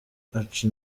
aca